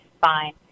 fine